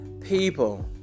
people